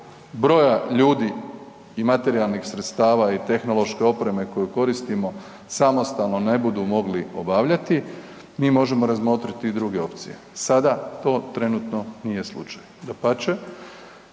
broja ljudi i materijalnih sredstava i tehnološke opreme koju koristimo samostalno ne budu mogli obavljati, mi možemo razmotriti i druge opcije. Sada to trenutno nije slučaj. Dapače,